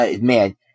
Man